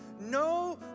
No